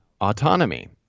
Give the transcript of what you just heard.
autonomy